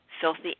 filthy